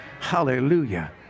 Hallelujah